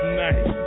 nice